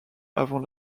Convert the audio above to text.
avant